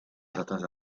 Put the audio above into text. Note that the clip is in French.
certains